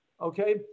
okay